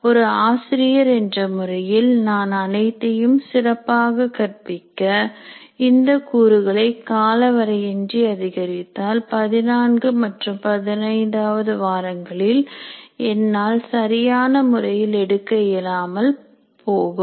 ஒரு ஆசிரியர் என்ற முறையில் நான் அனைத்தையும் சிறப்பாக கற்பிக்க இந்தக் கூறுகளை காலவரையின்றி அதிகரித்தால் 14 மற்றும் 15 வது வாரங்களில் என்னால் சரியான முறையில் எடுக்க இயலாமல் போகும்